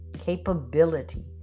Capability